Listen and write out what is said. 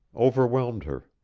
overwhelmed her.